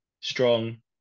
strong